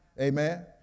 amen